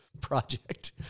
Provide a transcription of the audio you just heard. project